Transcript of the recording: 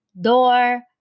door